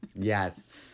Yes